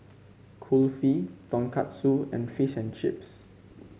Kulfi Tonkatsu and Fish and Chips